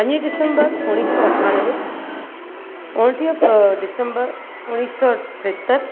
पंजीं डिसेंबर उणवीह सौ अठानवे उणटीह फ डिसेंबर उणिवीह सौ टेहतरि